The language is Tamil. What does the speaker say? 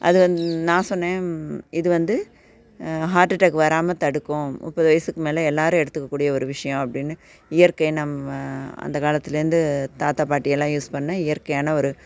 அது வந் நான் சொன்னேன் இது வந்து ஹார்ட்அட்டேக்கு வராமல் தடுக்கும் முப்பது வயசுக்கு மேலே எல்லோரும் எடுத்துக்கக்கூடிய ஒரு விஷயோம் அப்படின்னு இயற்கை நம்ம அந்த காலத்திலேருந்து தாத்தா பாட்டி எல்லாம் யூஸ் பண்ண இயற்கையான ஒரு